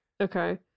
Okay